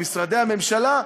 למשרדי הממשלה,